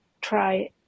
try